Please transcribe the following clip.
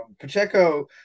Pacheco